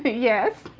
yes.